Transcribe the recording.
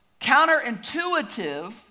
counterintuitive